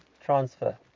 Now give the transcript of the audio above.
transfer